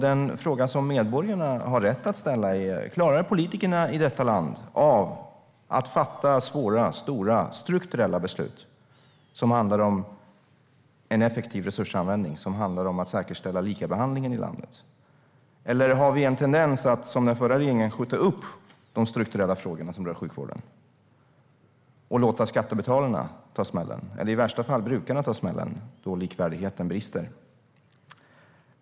Den fråga som medborgarna har rätt att ställa är: Klarar politikerna i detta land av att fatta svåra, stora, strukturella beslut som handlar om en effektiv resursanvändning och om att säkerställa likabehandlingen i landet? Eller har vi en tendens att, som den förra regeringen, skjuta upp de strukturella frågor som rör sjukvården och låta skattebetalarna eller i värsta fall brukarna ta smällen då likvärdigheten brister?